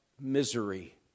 misery